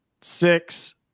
six